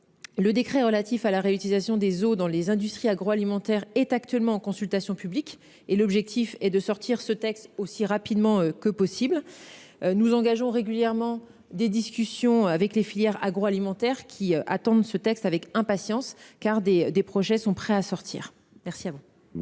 Le décret relatif à la réutilisation des eaux dans les industries agroalimentaires est actuellement en consultation publique et l'objectif est de sortir ce texte aussi rapidement que possible. Nous engageons régulièrement des discussions avec les filières agroalimentaires qui attendent ce texte avec impatience car des des projets sont prêts à sortir. Merci à vous.